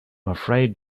afraid